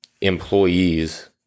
employees